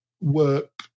work